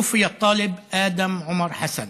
נפטר התלמיד אדם עומר חסן,